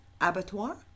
abattoir